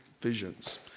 visions